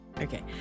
Okay